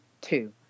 two